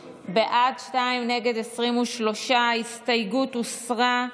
שניים, נגד, 23. ההסתייגות הוסרה.